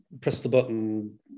press-the-button